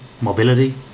mobility